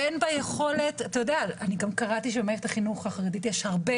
קראתי שבמערכת החינוך החרדית יש הרבה